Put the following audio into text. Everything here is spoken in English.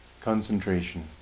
concentration